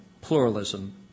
pluralism